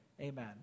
Amen